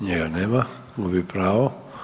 Njega nema, gubi pravo.